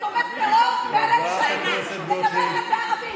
כשגם ככה ההורים מוטרדים, וגם ככה יש ביקורת,